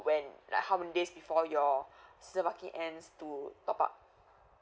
when how many days before your season parking ends to top up